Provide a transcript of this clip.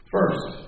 First